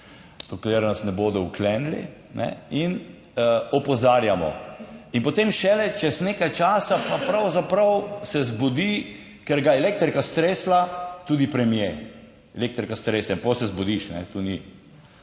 dokler nas ne bodo vklenili, in opozarjamo. In potem šele čez nekaj časa pa pravzaprav se zbudi, ker ga je elektrika stresla, tudi premier - elektrika strese in pol se zbudiš, to ni